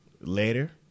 later